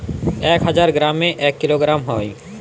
এক হাজার গ্রামে এক কিলোগ্রাম হয়